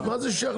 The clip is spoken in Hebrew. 11:13.